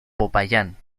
popayán